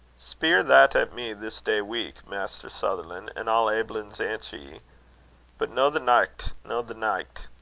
spier that at me this day week, maister sutherlan', an' i'll aiblins answer ye but no the nicht, no the nicht.